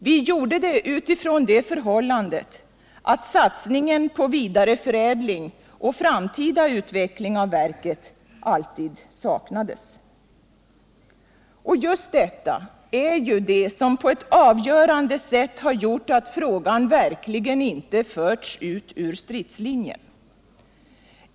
Vi gjorde det utifrån det förhållandet att satsningen på vidareförädling och framtida utveckling av verket alltid saknades. Just detta har på ett avgörande sätt gjort att frågan verkligen inte har förts ut ur stridslinjen.